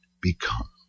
become